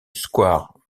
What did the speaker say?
square